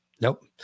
Nope